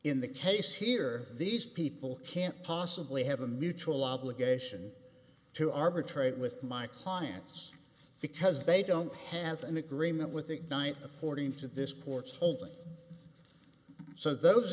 in the case here these people can't possibly have a mutual obligation to arbitrate with my clients because they don't have an agreement with ignite the fourteenth to this ports holding so those